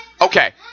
okay